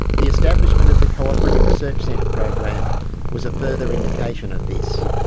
the establishment of the cooperative research centre program was a further indication of this.